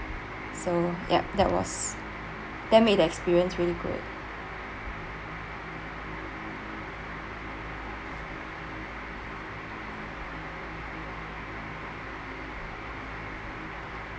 so yup that was that made the experience really good